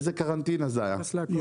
איזה קרנטינה זה היה?